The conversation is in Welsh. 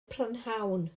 prynhawn